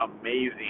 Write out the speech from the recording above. amazing